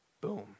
Boom